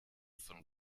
von